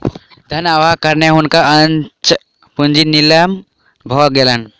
धन अभावक कारणेँ हुनकर अचल पूंजी नीलाम भ गेलैन